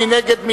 מי נגד?